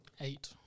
Eight